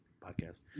podcast